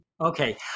Okay